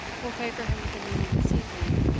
will favour him with a meeting this evening,